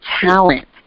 talent